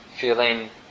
feeling